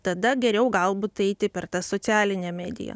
tada geriau galbūt eiti per tą socialinę mediją